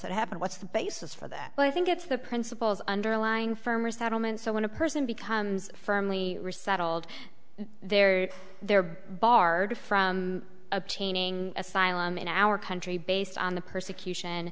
that happened what's the basis for that but i think it's the principles underlying firmer settlement so when a person becomes firmly resettled there they are barred from obtaining asylum in our country based on the persecution